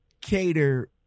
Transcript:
cater